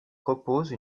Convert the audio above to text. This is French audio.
propose